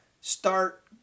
start